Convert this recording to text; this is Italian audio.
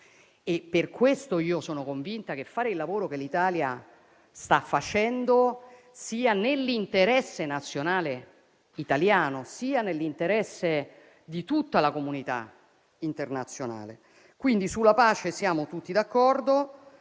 Per questo sono convinta che fare il lavoro che l'Italia sta facendo sia nell'interesse nazionale italiano e nell'interesse di tutta la Comunità internazionale. Sulla pace quindi siamo tutti d'accordo,